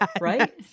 right